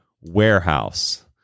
warehouse